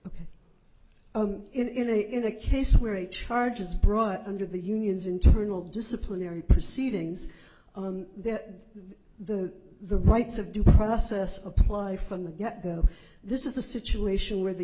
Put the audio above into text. t i'm in a in a case where a charges brought under the union's internal disciplinary proceedings that the the rights of due process apply from the get go this is a situation where the